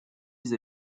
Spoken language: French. vis